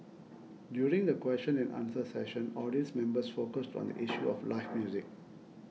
during the question and answer session audience members focused on the issue of live music